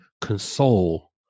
console